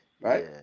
right